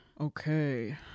okay